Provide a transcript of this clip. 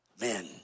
men